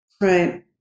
Right